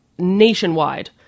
nationwide